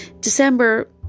December